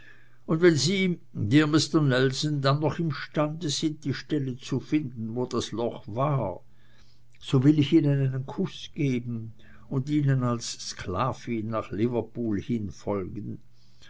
und wenn sie dear mister nelson dann noch imstande sind die stelle zu finden wo das loch war so will ich ihnen einen kuß geben und ihnen als sklavin nach liverpool hin folgen